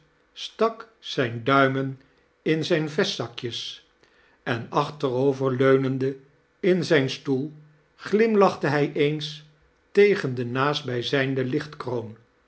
stak zijne duimen in zijn vestzakjes en aohterover leunende in zijn stoel glimlachte hij eens tegen de naastbijzijnde